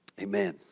amen